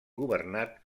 governat